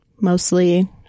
mostly